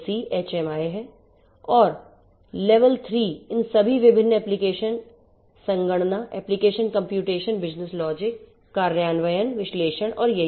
और स्तर 3 इन सभी विभिन्न एप्लीकेशन संगणना एप्लीकेशन कंप्यूटेशन बिजनेस लॉजिक कार्यान्वयन विश्लेषण और यही सब